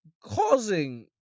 causing